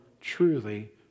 truly